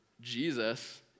Jesus